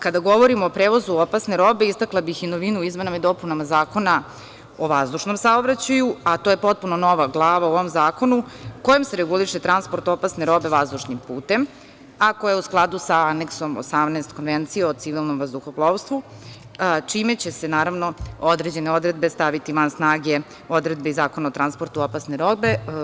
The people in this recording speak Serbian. Kada govorimo o prevozu opasne robe istakla bih i novinu u izmenama i dopunama Zakona o vazdušnom saobraćaju, a to je potpuno nova Glava u ovom zakonu kojom se reguliše transport opasne robe vazdušnim putem, a koja je u skladu sa Aneksom 18 Konvencije o civilnom vazduhoplovstu, a čime će se naravno određene odredbe staviti van snage odredbe i Zakona o transportu opasne robe.